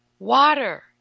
Water